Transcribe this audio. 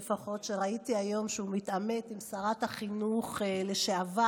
שלפחות ראיתי היום שהוא מתעמת עם שרת החינוך לשעבר,